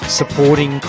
supporting